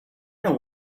know